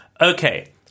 Okay